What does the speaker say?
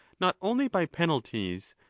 not only by penalties,